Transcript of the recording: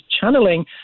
channeling